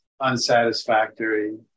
unsatisfactory